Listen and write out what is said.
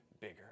bigger